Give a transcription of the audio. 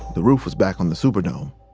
the roof was back on the superdome.